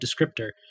descriptor